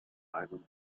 island